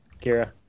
Kira